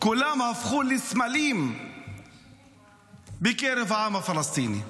כולם הפכו לסמלים בקרב העם הפלסטיני?